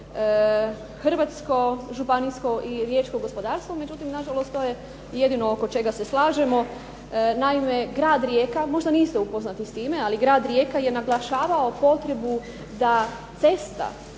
hrvatsko, županijsko i riječko gospodarstvo. Međutim, nažalost to je jedino oko čega se slažemo. Naime, grad Rijeka možda niste upoznati s time ali grad Rijeka je naglašavao potrebu da cesta